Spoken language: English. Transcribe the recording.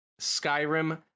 Skyrim